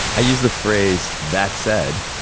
i use the phrase that said,